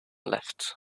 left